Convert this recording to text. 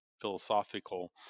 philosophical